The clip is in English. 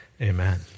Amen